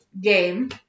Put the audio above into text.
game